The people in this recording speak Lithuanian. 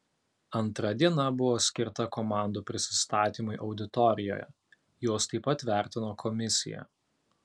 antra diena buvo skirta komandų prisistatymui auditorijoje juos taip pat vertino komisija